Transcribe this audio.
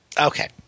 Okay